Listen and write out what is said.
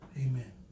Amen